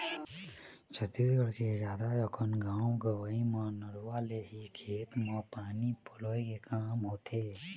छत्तीसगढ़ के जादा अकन गाँव गंवई म नरूवा ले ही खेत म पानी पलोय के काम होथे